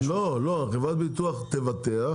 שחברת הביטוח מקיימת את הפוליסה,